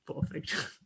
perfect